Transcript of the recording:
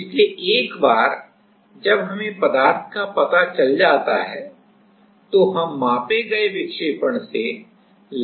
इसलिए एक बार जब हमें पदार्थ का पता चल जाता है तो हम मापे गए विक्षेपण से